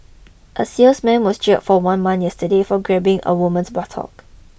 a salesman was jailed for one month yesterday for grabbing a woman's buttock